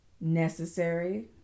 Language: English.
necessary